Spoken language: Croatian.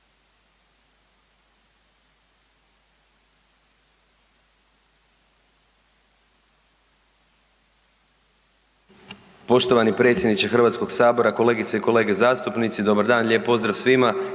Poštovani predsjedniče Hrvatskoga sabora, kolegice i kolege zastupnici. Dobar dan, lijep pozdrav svima.